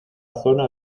zona